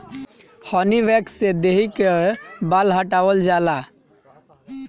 हनी wax से देहि कअ बाल हटावल जाला